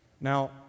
Now